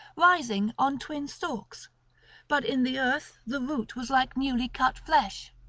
rising on twin stalks but in the earth the root was like newly-cut flesh.